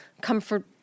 comfort